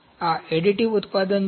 આ એડિટિવ ઉત્પાદન છે